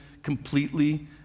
completely